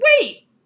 Wait